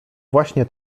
właśnie